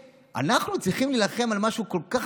אנחנו צריכים להילחם על משהו כל כך